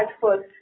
first